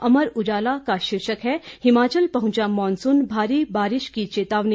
अमर उजाला का शीर्षक है हिमाचल पहुंचा मॉनसून भारी बारिश की चेतावनी